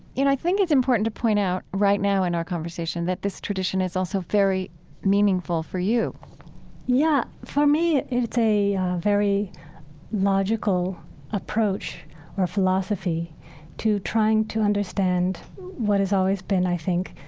you know, i think it's important to point out right now in our conversation that this tradition is also very meaningful for you yeah. for me, it's a very logical approach or philosophy to trying to understand what has always been, i think,